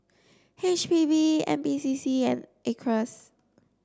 H P B N P C C and Acres